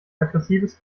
aggressives